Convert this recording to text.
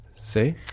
See